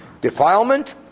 defilement